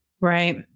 Right